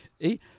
et